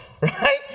right